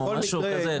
או משהו כזה,